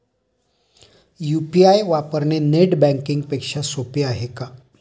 UPI वापरणे net banking पेक्षा सोपे आहे का?